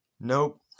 Nope